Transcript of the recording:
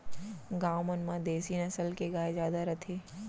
गॉँव मन म देसी नसल के गाय जादा रथे